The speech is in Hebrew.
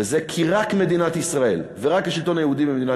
וזה כי רק מדינת ישראל ורק השלטון היהודי במדינת